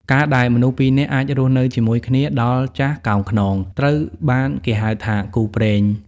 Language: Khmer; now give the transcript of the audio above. ការដែលមនុស្សពីរនាក់អាចរស់នៅជាមួយគ្នាដល់ចាស់កោងខ្នង ត្រូវបានគេហៅថាគូព្រេង។